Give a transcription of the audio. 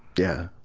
yeah.